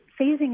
phasing